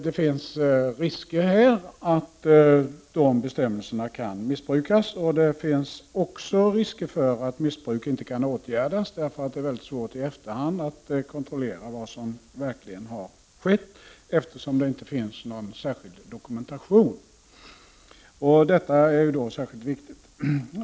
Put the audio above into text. Det finns risker för att bestämmelserna kan missbrukas och för att sådant missbruk inte kan åtgärdas, eftersom det är svårt att i efterhand kontrollera vad som skett då det inte finns någon särskild dokumentation. Detta är särskilt viktigt.